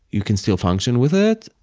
you can still function with it.